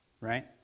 right